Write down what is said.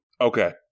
okay